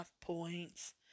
points